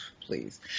please